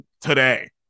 today